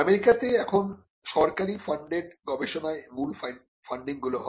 আমেরিকাতে এখন সরকারি ফান্ডেড গবেষণায় মূল ফান্ডিংগুলি হয়